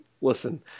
listen